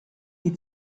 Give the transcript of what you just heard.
die